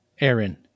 Aaron